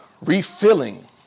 refilling